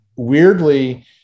weirdly